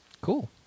Cool